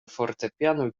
fortepianu